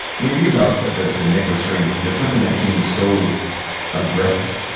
when you think about the the neck restraints, there's something that seems so aggressive.